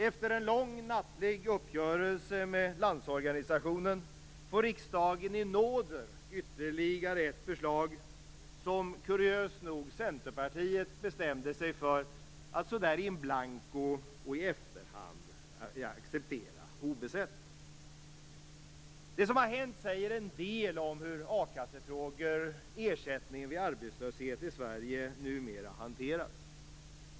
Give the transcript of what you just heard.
Efter en lång nattlig uppgörelse med Landsorganisationen får riksdagen i nåder ytterligare ett förslag som Centerpartiet, kuriöst nog, bestämde sig för att in blanko och i efterhand acceptera - obesett. Det som har hänt säger en del om hur akassefrågor och frågor om ersättning vid arbetslöshet i Sverige numera hanteras.